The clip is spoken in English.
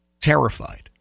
terrified